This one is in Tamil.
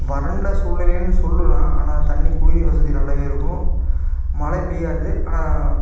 வறண்ட சூழ்நிலைன்னு சொல்லுவேன் ஆனால் தண்ணி குடிநீர் வசதி நல்லாவே இருக்கும் மழை பெய்யாது ஆனால்